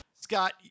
Scott